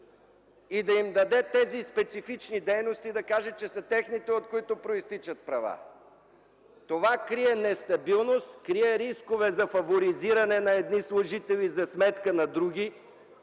да им даде тези специфични дейности и да каже, че са техните, от които произтичат правата. Това крие нестабилност, крие рискове за фаворизиране на едни служители за сметка на други,